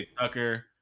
tucker